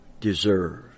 deserve